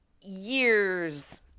years